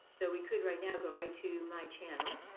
so we could right now go right to my channel.